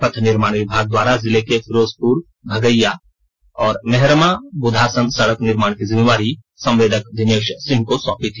पथ निर्माण विभाग द्वारा जिले के फिरोजपुर भगैया और मेहरमा बुधासन सड़क निर्माण की जिम्मेवारी संवेदक दिनेष सिंह को सौंपी थी